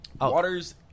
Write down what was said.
Waters